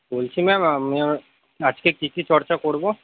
বলছি ম্যাম আজকে কী কী চর্চা করব